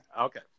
okay